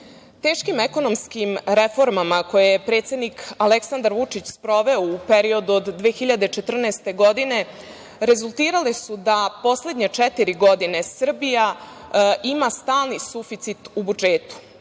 ekonomskim reformama koje je predsednik Aleksandar Vučić sproveo u periodu od 2014. godine, rezultirale su da poslednje četiri godine Srbija ima stalni suficit u budžetu.